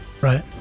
right